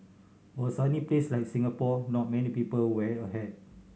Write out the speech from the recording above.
for a sunny place like Singapore not many people wear a hat